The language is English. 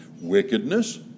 wickedness